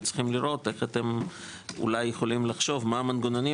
ויש לראות איך אתם אולי יכולים לחשוב מה המנגנונים